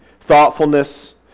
thoughtfulness